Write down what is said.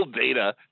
data